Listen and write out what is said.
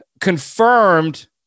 confirmed